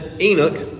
Enoch